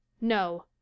no